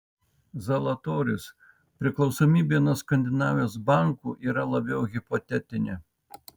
zalatorius priklausomybė nuo skandinavijos bankų yra labiau hipotetinė